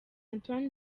antoine